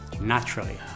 naturally